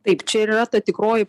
taip čia ir yra ta tikroji